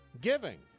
giving